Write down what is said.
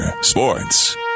sports